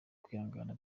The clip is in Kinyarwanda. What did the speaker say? kwihangana